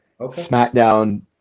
SmackDown